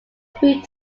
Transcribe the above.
three